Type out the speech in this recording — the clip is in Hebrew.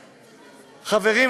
חברים,